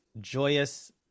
joyous